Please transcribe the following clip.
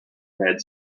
red